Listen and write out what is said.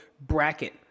bracket